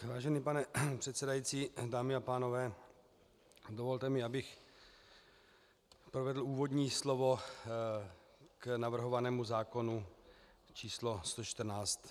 Vážený pane předsedající, dámy a pánové, dovolte mi, abych provedl úvodní slovo k navrhovanému zákonu číslo 114.